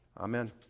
Amen